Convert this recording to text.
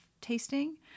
tasting